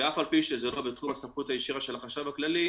ואף על פי שזה לא בתחום הסמכות הישירה של החשב הכללי,